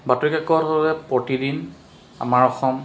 বাতৰিকাকত হ'ল প্ৰতিদিন আমাৰ অসম